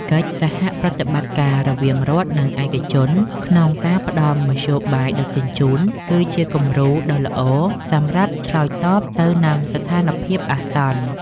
កិច្ចសហប្រតិបត្តិការរវាងរដ្ឋ និងឯកជនក្នុងការផ្តល់មធ្យោបាយដឹកជញ្ជូន គឺជាគំរូដ៏ល្អសម្រាប់ឆ្លើយតបទៅនឹងស្ថានភាពអាសន្ន។